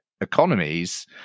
economies